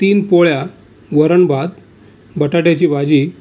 तीन पोळ्या वरण भात बटाट्याची भाजी